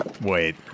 wait